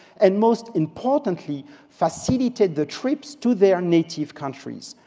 and most importantly facilitate the trips to their native countries.